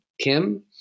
Kim